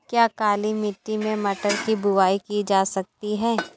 क्या काली मिट्टी में मटर की बुआई की जा सकती है?